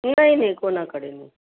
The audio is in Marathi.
मी नाही नाही कोणाकडे नाही